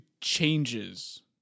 changes